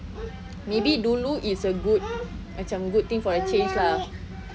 maybe dulu is a good macam good thing for a change lah